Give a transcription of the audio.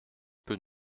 peu